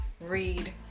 read